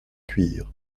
cuire